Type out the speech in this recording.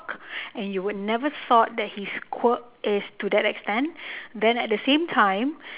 and you would never thought that his quirk is to that extent then at the same time